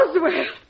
Roswell